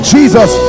Jesus